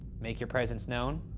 make your presence known.